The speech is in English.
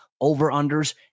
over-unders